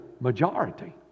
majority